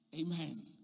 Amen